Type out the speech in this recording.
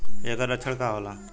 ऐकर लक्षण का होला?